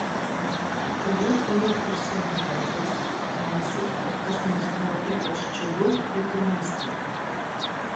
toliau ėjo užsienio kalbos teisė ir kas mums buvo ypač džiugu lituanistika